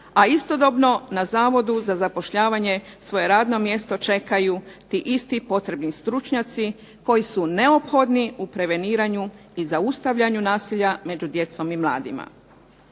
a istodobno na Zavodu za zapošljavanje svoje radno mjesto čekaju ti isti potrebni stručnjaci koji su neophodni u preveniranju i zaustavljanju nasilja među djecom i mladima.